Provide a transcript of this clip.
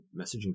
messaging